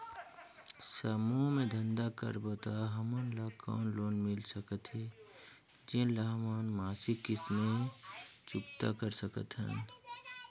समूह मे धंधा करबो त हमन ल कौन लोन मिल सकत हे, जेन ल हमन मासिक किस्त मे चुकता कर सकथन?